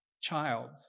child